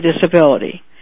disability